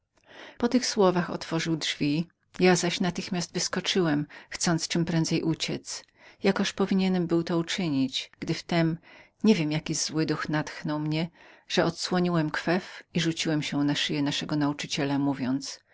po tych słowach otworzył drzwi ja zaś natychmiast wyskoczyłem chcąc czem prędzej uciec jakoż powinienem był to uczynić gdy wtem niewiem jaki zły gieniusz natchnął mnie że odsłoniłem kwef i rzuciłem się na szyję naszego nauczyciela mówiąc